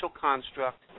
construct